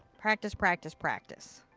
practice, practice, practice.